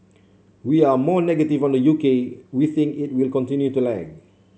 we are more negative on the U K we think it will continue to lag